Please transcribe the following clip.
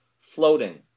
floating